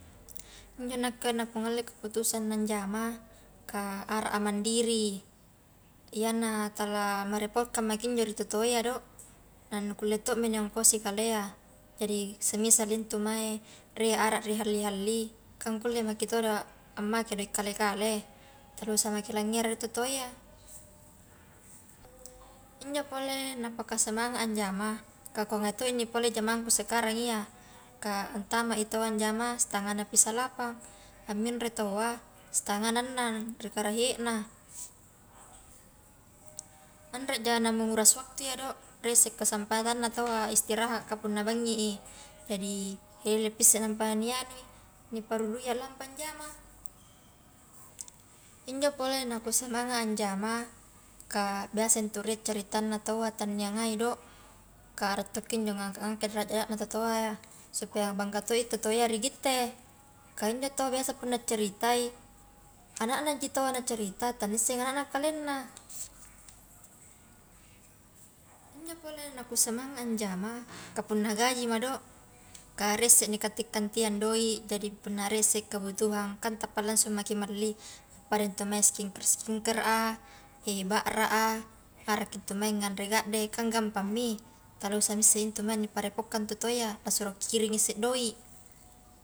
Injo nakke nah ku ngalle kaputusan anjama, kah ara a mandiri, iyana tala merepotkan maki injo ri tau toa iya do, nah nukulle to mi niongkosi kalea, jari semisal ntu mae rie ara lihalli-halli kan kulle mai todo ammake doi kale-kale, langere ri tau toa iyya, injo pole napaka semangat a ajama kah kuangai toi injo pole jamangku sekarang iya kah ntamai taua njama stangana pi salapan la minroi taua stangana annang ri karahie na, anreja namenguras waktu iya do, rie se kesempatanna taua istirahat kapunna bangi i jadi eleppi isse nampa ni anui di paruruia lampa njama, injo pole na kusemangat anjama kah biasa ntu rie caritanna tawwa tang niangai do, ka arra tokki injo ngangka angka derajatna tau toa ia supaya bangga toi tau toa ia ri gotte, kah injo tawwa biasa punna caritai, anaknaji tau a nacerita tannisseng anakna akkalengna, injo pole na kusemangat anjama kah punna gajima do ka rie isse nikanti-kantiang doi, jadi punna rie isse kebutuhan kan tappa langsung maki malli appadantu mae skinker-skinker a, ba ra a, arakki intu mae nganre gadde kan gampangmi, kalussami isse intu mai nipareppokkang tau toaia, passuro kiring ise doi.